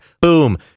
Boom